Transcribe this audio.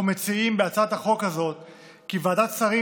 אנחנו מציעים בהצעת החוק הזאת כי ועדת שרים